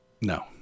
no